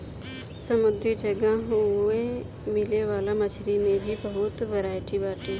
समुंदरी जगह ओए मिले वाला मछरी में भी बहुते बरायटी बाटे